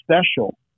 special